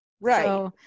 Right